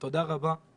תודה רבה,